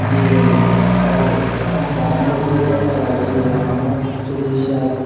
যে তারা পার্টির লোক যে এটাই চায় যে আমার যদি স্যার